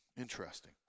Interesting